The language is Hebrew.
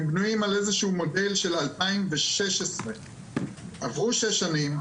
הם בנויים על איזה שהוא מודל של 2016. עברו שש שנים,